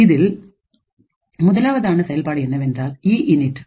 அதில் முதலாவதான செயல்பாடு என்னவென்றால் இஇன் இட்